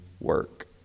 work